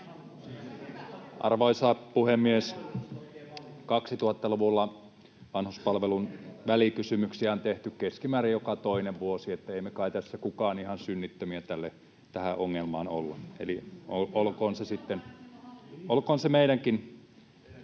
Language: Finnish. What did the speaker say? Arvoisa puhemies! 2000-luvulla vanhuspalvelun välikysymyksiä on tehty keskimäärin joka toinen vuosi, niin että ei kai meistä kukaan tässä ihan synnitön tähän ongelmaan ole. Eli olkoon se sitten meidänkin